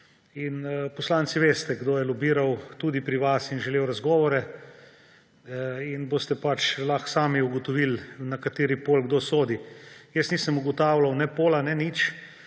poslanci veste, kdo je lobiral pri vas in želel razgovore, in boste lahko samo ugotovili, na kateri pol kdo sodi. Jaz nisem ugotavljal ne pola ne nič,